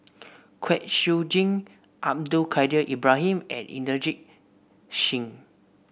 Kwek Siew Jin Abdul Kadir Ibrahim and Inderjit